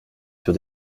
sur